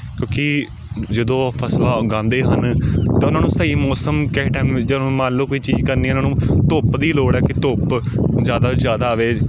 ਕਿਉਂਕਿ ਜਦੋਂ ਫਸਲਾਂ ਉਗਾਉਂਦੇ ਹਨ ਤਾਂ ਉਹਨਾਂ ਨੂੰ ਸਹੀ ਮੌਸਮ ਕਿਸੇ ਟਾਈਮ ਜਦੋਂ ਮੰਨ ਲਉ ਕੋਈ ਚੀਜ਼ ਕਰਨੀ ਉਹਨਾਂ ਨੂੰ ਧੁੱਪ ਦੀ ਲੋੜ ਹੈ ਕਿ ਧੁੱਪ ਜ਼ਿਆਦਾ ਤੋਂ ਜ਼ਿਆਦਾ ਆਵੇ